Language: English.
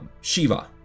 Shiva